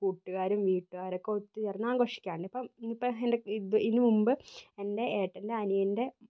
കൂട്ടുകാരും വീട്ടുകാരൊക്കെ ഒത്തുചേർന്ന് ആഘോഷിക്കാറുണ്ട് ഇപ്പം ഇപ്പം എൻറെ ഈന് മുമ്പ് എൻറെ ഏട്ടൻ്റെ അനിയൻ്റെ